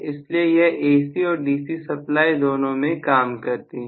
इसलिए यह AC और DC सप्लाई दोनों में काम करती है